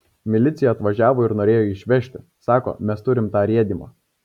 milicija atvažiavo ir norėjo jį išvežti sako mes turim tą rėdymą